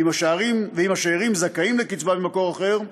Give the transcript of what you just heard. ואם השאירים זכאים לקצבה ממקור אחר,